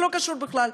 זה לא קשור בכלל.